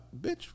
Bitch